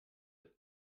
lit